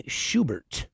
Schubert